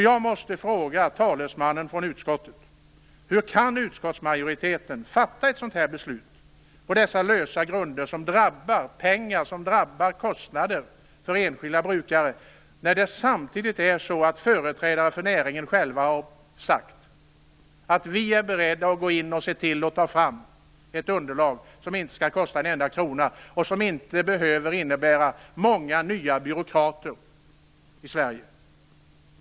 Jag måste fråga talesmannen från utskottet: Hur kan utskottsmajoriteten fatta ett sådant här beslut på dessa lösa grunder? Det drabbar enskilda brukare med kostnader, när företrädare för näringen har sagt att de är beredda att gå in och ta fram ett underlag som inte skall kosta en enda krona och som inte behöver innebära många nya byråkrater i Sverige.